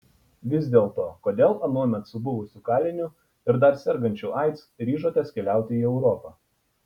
vis dėlto kodėl anuomet su buvusiu kaliniu ir dar sergančiu aids ryžotės keliauti į europą